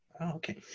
okay